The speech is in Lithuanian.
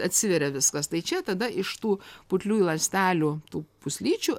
atsiveria viskas tai čia tada iš tų putliųjų ląstelių tų pūslyčių